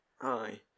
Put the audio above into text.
Aye